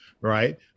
right